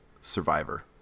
Survivor